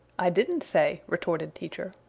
i didn't say, retorted teacher.